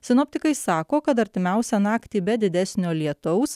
sinoptikai sako kad artimiausią naktį be didesnio lietaus